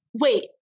wait